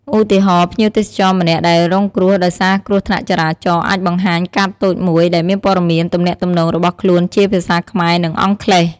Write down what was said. ឧទាហរណ៍ ភ្ញៀវទេសចរម្នាក់ដែលរងគ្រោះដោយសារគ្រោះថ្នាក់ចរាចរណ៍អាចបង្ហាញកាតតូចមួយដែលមានព័ត៌មានទំនាក់ទំនងរបស់ខ្លួនជាភាសាខ្មែរ និងអង់គ្លេស។